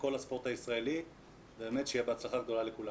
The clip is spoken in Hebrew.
לכל הספורט הישראלי ובאמת שיהיה בהצלחה גדולה לכולם.